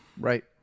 Right